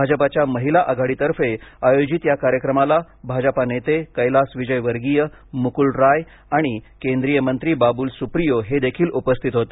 भाजपाच्या महिला घाडीतर्फे आयोजित या कार्यक्रमाला भाजपा नेते कैलास विजयवर्गीय मुकुल राय आणि केंद्रीय मंत्री बाबुल सुप्रियो हे देखील उपस्थित होते